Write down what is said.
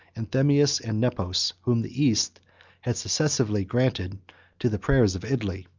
anthemius and nepos, whom the east had successively granted to the prayers of italy.